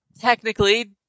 technically